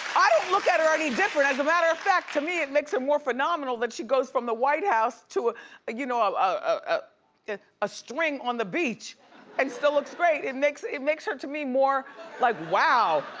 i don't look at her any different. as a matter of fact, to me, it makes it more phenomenal that she goes from the white house to ah you know um ah a string on the beach and still looks great. it makes it makes her to me more like wow,